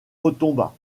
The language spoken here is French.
retomba